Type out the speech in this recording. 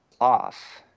off